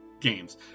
games